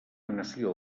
nació